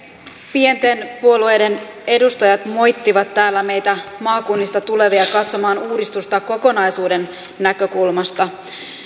pienten puolueiden edustajat moittivat täällä meitä maakunnista tulevia katsomaan uudistusta kokonaisuuden näkökulmasta